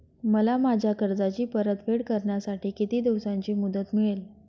मला माझ्या कर्जाची परतफेड करण्यासाठी किती दिवसांची मुदत मिळेल?